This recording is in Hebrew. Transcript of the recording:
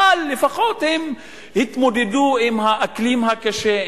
אבל לפחות הם התמודדו עם האקלים הקשה,